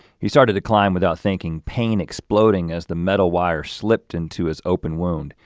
he started to climb without thinking, pain exploding as the metal wire slipped into his open wound,